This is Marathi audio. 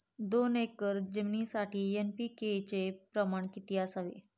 दोन एकर जमिनीसाठी एन.पी.के चे प्रमाण किती असावे?